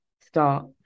start